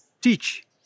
teach